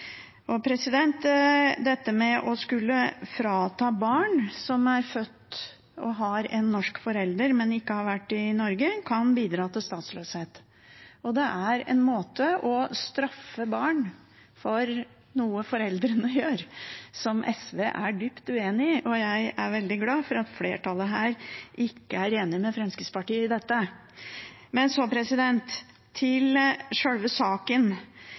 Dette med å skulle frata barn som har en norsk forelder, men ikke har vært i Norge, kan bidra til statsløshet. Det er en måte å straffe barn for noe foreldrene gjør, som SV er dypt uenig i. Jeg er veldig glad for at flertallet her ikke er enig med Fremskrittspartiet i dette. Men til sjølve saken.